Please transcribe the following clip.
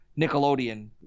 Nickelodeon